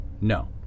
no